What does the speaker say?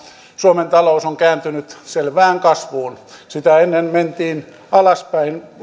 suomen talous on kääntynyt selvään kasvuun sitä ennen mentiin alaspäin